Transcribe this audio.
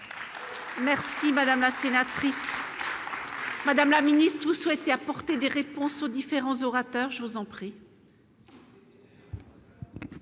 Merci madame Masséna. Madame la ministre souhaite y apporter des réponses aux différents orateurs, je vous en prie.